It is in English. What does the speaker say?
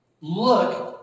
look